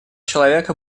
человека